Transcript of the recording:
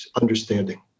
understanding